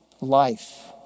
life